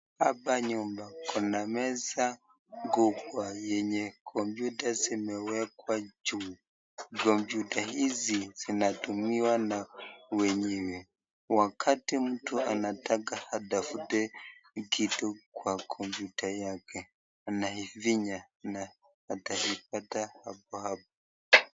Hapa nyuma kuna meza kubwa yenye komyuta zimewekwa juu, kumpyuta hizi zinatumiwa na wenyewe wakati mtu anataka atafute kitu kwa kompyuta yake anaifinya na ataipata hapohapo.